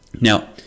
Now